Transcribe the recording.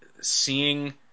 seeing